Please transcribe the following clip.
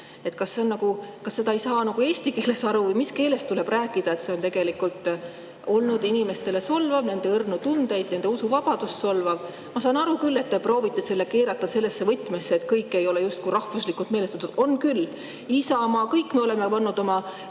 Kas sa ei saa nagu eesti keelest aru või mis keeles tuleb rääkida? See on tegelikult olnud inimestele solvav, nende õrnu tundeid, nende usuvabadust solvav. Ma saan aru küll, et te proovite selle keerata sellesse võtmesse, et kõik ei ole justkui rahvuslikult meelestatud. On küll. Isamaa, kõik me oleme pannud oma